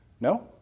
No